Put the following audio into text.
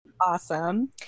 Awesome